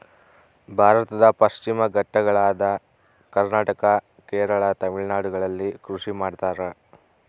ಭಾರತದ ಪಶ್ಚಿಮ ಘಟ್ಟಗಳಾದ ಕರ್ನಾಟಕ, ಕೇರಳ, ತಮಿಳುನಾಡುಗಳಲ್ಲಿ ಕೃಷಿ ಮಾಡ್ತಾರ?